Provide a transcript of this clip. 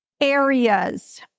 areas